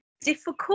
difficult